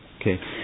Okay